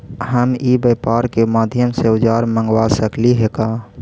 हम ई व्यापार के माध्यम से औजर मँगवा सकली हे का?